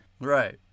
right